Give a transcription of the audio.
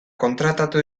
kontratatu